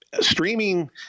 streaming –